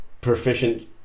proficient